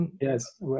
yes